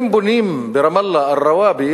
אם בונים ברמאללה אל-רוואבי,